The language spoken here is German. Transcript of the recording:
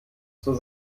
zur